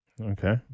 Okay